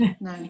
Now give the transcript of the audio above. no